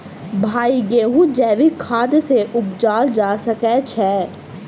भाई गेंहूँ जैविक खाद सँ उपजाल जा सकै छैय?